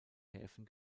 häfen